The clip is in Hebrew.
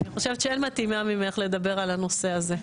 אני חושבת שאין מתאימה ממך לדבר על הנושא הזה.